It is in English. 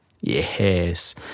Yes